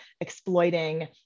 exploiting